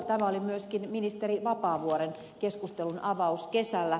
tämä oli myöskin ministeri vapaavuoren keskustelunavaus kesällä